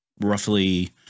roughly